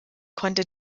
konnte